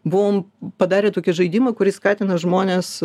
buvom padarę tokį žaidimą kuris skatina žmones